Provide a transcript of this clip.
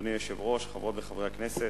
אדוני היושב-ראש, חברות וחברי הכנסת.